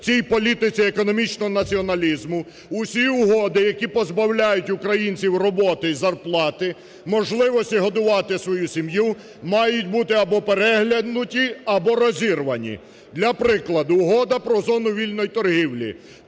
цій політиці економічного націоналізму, усі угоди, які позбавляють українців роботи і зарплати, можливості годувати свою сім'ю, мають бути або переглянуті, або розірвані. Для прикладу. Угода про зону вільної торгівлі.